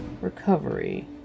recovery